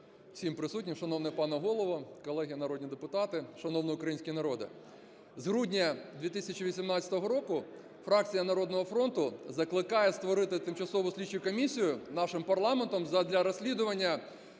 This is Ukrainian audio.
всім присутнім! Шановний пане Голово, колеги народні депутати, шановний український народе! З грудня 2018 року фракція "Народного фронту" закликає створити тимчасову слідчу комісію нашим парламентом задля розслідування